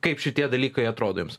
kaip šitie dalykai atrodo jums